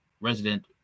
resident